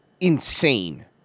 insane